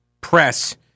press